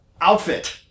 outfit